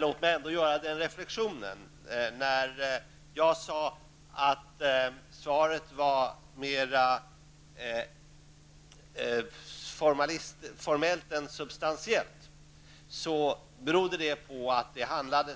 Låt mig ändå påpeka, att när jag sade att svaret var mer formellt än substantiellt, berodde det på att